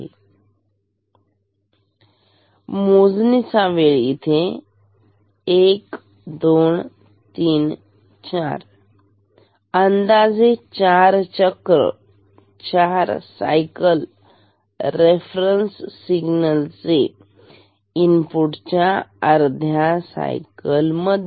आहे मोजणी चा वेळ इथे बघा 1 2 3 4 अंदाजे चार चक्र चार सायकल रेफरन्स सिग्नलचे इनपुटच्या अर्ध्या सायकल मध्ये